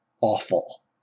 awful